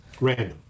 Random